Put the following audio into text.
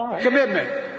Commitment